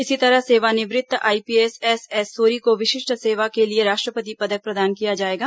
इसी तरह सेवानिवृत्त आईपीएस एसएस सोरी को विशिष्ट सेवा के लिए राष्ट्रपति पदक प्रदान किया जाएगा